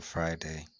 Friday